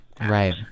right